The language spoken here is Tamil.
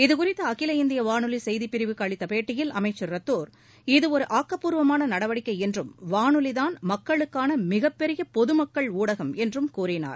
இதுகுறித்து அகில இந்திய வானொலி செய்திப் பிரிவுக்கு அளித்த பேட்டியில் அமைச்சர் ரத்தோர் இது ஒரு ஆக்கப்பூர்வமான நடவடிக்கை என்றும் வானொலிதான் மக்குளுக்கான மிகப்பெரிய பொதுமக்கள் ஊடகம் என்றும் கூறினார்